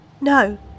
No